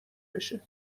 بشه